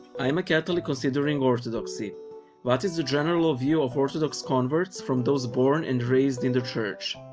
i'm a catholic considering orthodoxy. what is the general view of orthodox converts from those born and raised in the church?